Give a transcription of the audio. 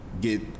get